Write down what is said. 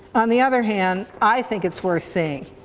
on the other hand i think it's worth seeing.